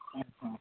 ହଁ ହଁ